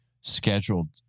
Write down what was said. scheduled